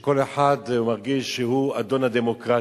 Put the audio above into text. שכל אחד מרגיש שהוא אדון הדמוקרטיה,